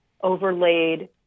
overlaid